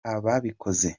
ababikoze